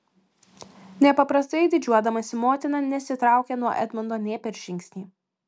nepaprastai didžiuodamasi motina nesitraukė nuo edmundo nė per žingsnį